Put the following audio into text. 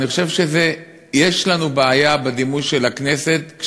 אני חושב שיש לנו בעיה בדימוי של הכנסת.